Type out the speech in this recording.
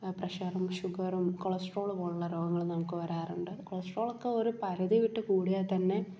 ആ പ്രെഷറും ഷുഗറും കൊളസ്ട്രോള് പോലുള്ള രോഗങ്ങൾ നമുക്ക് വരാറുണ്ട് കൊളസ്ട്രോളക്കെ ഒരു പരിധി വിട്ട് കൂടിയാൽ തന്നെ